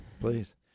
please